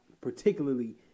particularly